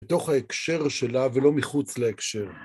בתוך ההקשר שלה ולא מחוץ להקשר.